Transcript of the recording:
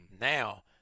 Now